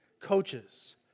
coaches